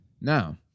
Now